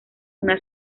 una